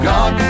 God